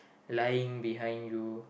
lying behind you